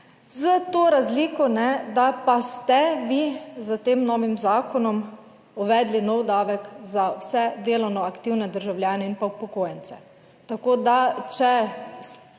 s to razliko, da pa ste vi s tem novim zakonom uvedli nov davek za vse delovno aktivne državljane in upokojence. Tako da, če